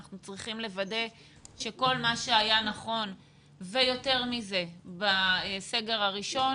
אנחנו צריכים לוודא שכל מה שהיה נכון ויותר מזה בסגר הראשון,